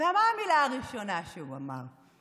ומה המשפט הראשון שהוא אמר?